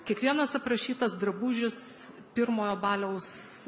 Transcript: kiekvienas aprašytas drabužis pirmojo baliaus